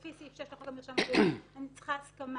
לפי סעיף 6 לחוק המרשם הפלילי אני צריכה הסכמה.